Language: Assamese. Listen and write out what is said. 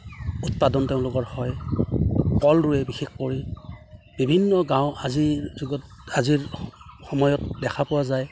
উৎপাদন তেওঁলোকৰ হয় কল ৰুৱে বিশেষ কৰি বিভিন্ন গাঁও আজিৰ যুগত আজিৰ সময়ত দেখা পোৱা যায়